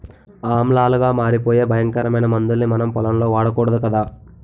ఆమ్లాలుగా మారిపోయే భయంకరమైన మందుల్ని మనం పొలంలో వాడకూడదు కదా